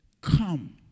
come